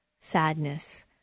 sadness